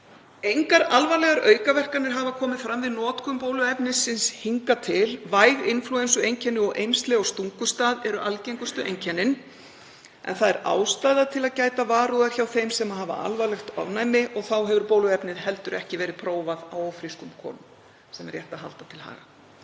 Engar alvarlegar aukaverkanir hafa komið fram við notkun bóluefnisins hingað til. Væg inflúensueinkenni og eymsli á stungustað eru algengustu einkennin en það er ástæða til að gæta varúðar hjá þeim sem hafa alvarlegt ofnæmi og þá hefur bóluefnið heldur ekki verið prófað á ófrískum konum, sem er rétt að halda til haga.